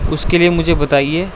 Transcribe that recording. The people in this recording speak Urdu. اس کے لیے مجھے بتائیے